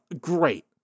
Great